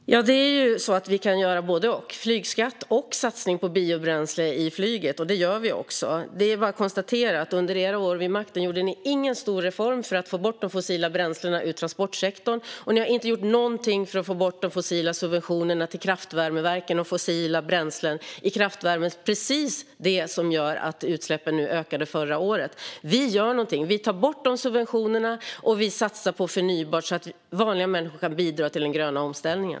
Fru talman! Det är ju så att vi kan göra både och - flygskatt och satsning på biobränsle i flyget. Det gör vi också. Det är bara att konstatera: Under era år vid makten gjorde ni ingen stor reform för att få bort de fossila bränslena i transportsektorn. Och ni har inte gjort någonting för att få bort de fossila subventionerna till kraftvärmeverken och fossila bränslen i kraftvärmen - det var precis det som gjorde att utsläppen ökade förra året. Vi gör någonting. Vi tar bort de subventionerna, och vi satsar på förnybart, så att vanliga människor kan bidra till den gröna omställningen.